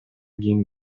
кийин